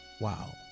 wow